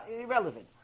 irrelevant